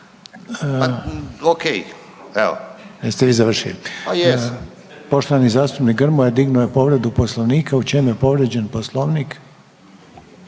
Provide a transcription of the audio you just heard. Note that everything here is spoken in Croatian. Poštovani zastupnik Grmoja dignuo je povredu Poslovnika. U čem je povrijeđen Poslovnik?